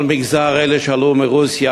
על המגזר של אלה שעלו מרוסיה?